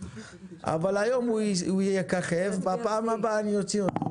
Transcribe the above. אבל היום הוא יככב ובפעם הבאה אני אוציא אותו.